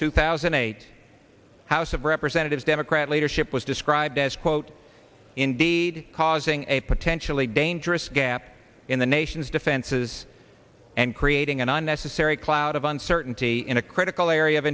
two thousand and eight hours of representatives democrat leadership was described as quote indeed causing a potentially dangerous gap in the nation's defenses and creating an unnecessary cloud of uncertainty in a critical area of